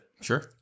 Sure